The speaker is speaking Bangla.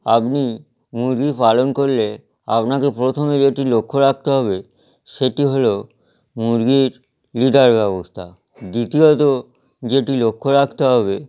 আপনি মুরগি পালন করলে আপনাকে প্রথমে যেটি লক্ষ্য রাখতে হবে সেটি হল মুরগির লিডার ব্যবস্থা দ্বিতীয়ত যেটি লক্ষ্য রাখতে হবে